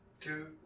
Two